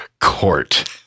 court